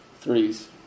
threes